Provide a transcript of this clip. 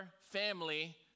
family